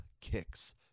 kicks